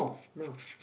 no